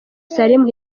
salim